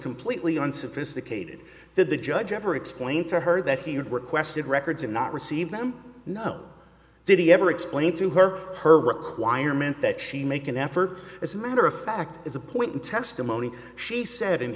completely unsophisticated did the judge ever explain to her that he had requested records and not receive them no did he ever explain to her her requirement that she make an effort as a matter of fact as a point in testimony she said in